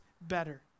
better